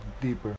deeper